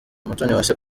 umutoniwase